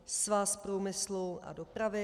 Svaz průmyslu a dopravy.